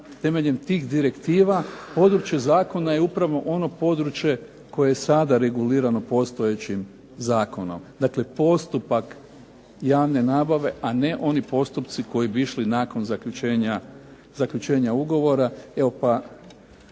temeljem tih direktiva područje zakona je upravo ono područje koje je sada regulirano postojećim zakonom. Dakle, postupak javne nabave, a ne oni postupci koji bi išli nakon zaključenja ugovora.